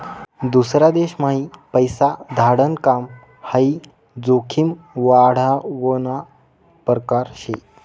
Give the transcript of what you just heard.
दूसरा देशम्हाई पैसा धाडाण काम हाई जोखीम वाढावना परकार शे